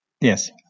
Yes